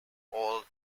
all